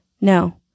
No